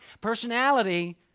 personality